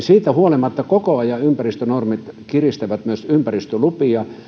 siitä huolimatta koko ajan ympäristönormit kiristävät myös ympäristölupia